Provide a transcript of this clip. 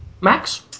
Max